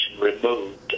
removed